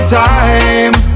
time